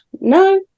no